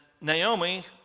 Naomi